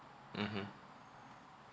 mmhmm